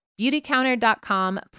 Beautycounter.com